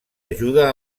ajuda